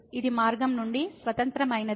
ఇది మార్గం నుండి స్వతంత్రమైనది